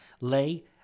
lay